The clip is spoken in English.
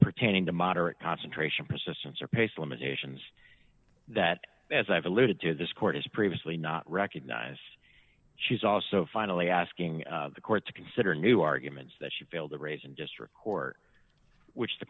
pertaining to moderate concentration persistence or pace limitations that as i've alluded to this court has previously not recognize she's also finally asking the court to consider new arguments that she failed to raise in district court which the